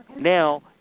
Now